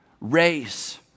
race